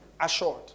assured